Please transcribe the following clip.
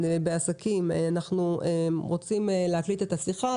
בעסקים: אנחנו רוצים להקליט את השיחה,